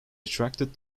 attracted